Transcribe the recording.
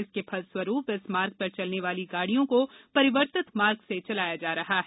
इसके फलस्वरूप इस मार्ग पर चलने वाली गाड़ियों को परिवर्तित मार्ग से चलाया जा रहा है